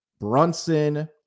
brunson